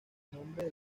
nombre